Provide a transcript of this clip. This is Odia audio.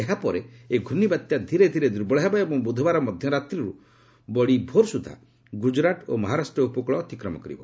ଏହାପରେ ଏହି ଘର୍ଷ୍ଣବାତ୍ୟା ଧୀରେ ଧୀରେ ଦୁର୍ବଳ ହେବ ଏବଂ ବୁଧବାର ମଧ୍ୟରାତ୍ରିରୁ ବଡ଼ି ଭୋର ସୁଦ୍ଧା ଗୁଜରାଟ ଓ ମହାରାଷ୍ଟ୍ର ଉପକୃଳ ଅତିକ୍ରମ କରିବ